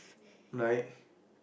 right